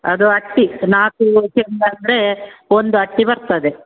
ಅದು ಅಟ್ಟಿ ನಾಲ್ಕು ಹೂ ಚೆಂಡು ಅಂದರೆ ಒಂದು ಅಟ್ಟಿ ಬರ್ತದೆ